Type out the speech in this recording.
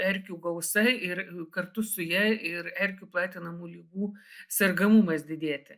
erkių gausa ir kartu su ja ir erkių platinamų ligų sergamumas didėti